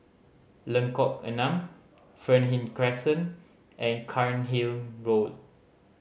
Lengkok Enam Fernhill Crescent and Cairnhill Road